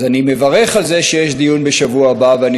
אז אני מברך על זה שיש דיון בשבוע הבא ואני